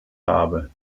habe